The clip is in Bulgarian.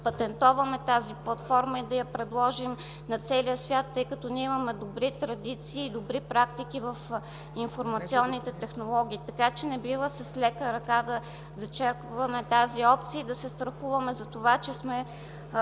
патентоваме тази платформа и да я предложим на целия свят, тъй като имаме добри традиции и практики в информационните технологии. Така че не бива с лека ръка да зачеркваме тази опция и да се страхуваме, че сме